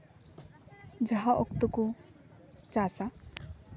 ᱡᱟᱦᱟᱸ ᱚᱠᱛᱚ ᱠᱚ ᱪᱟᱥᱟ